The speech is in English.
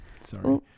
Sorry